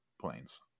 planes